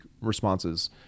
responses